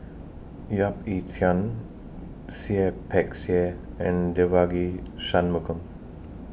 Yap Ee Chian Seah Peck Seah and Devagi Sanmugam